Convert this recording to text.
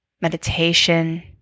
meditation